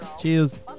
cheers